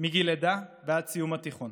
מגיל לידה ועד סיום התיכון.